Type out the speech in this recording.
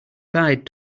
guide